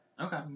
Okay